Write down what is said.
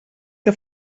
que